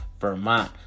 Vermont